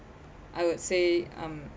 I would say um